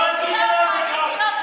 קצת צניעות לא הזיקה לאף אחד.